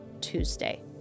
Tuesday